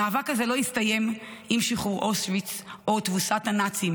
המאבק הזה לא הסתיים עם שחרור אושוויץ או תבוסת הנאצים,